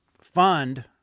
fund